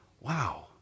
wow